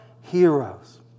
heroes